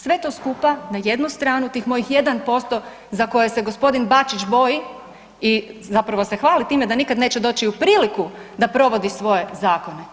Sve to skupa na jednu stranu, tih mojih 1% za koje se g. Bačić boji i zapravo se hvali time da nikad neće doći u priliku da provodi svoje zakone.